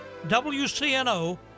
WCNO